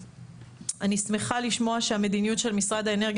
אני שמחה לשמוע שהמדיניות של משרד האנרגיה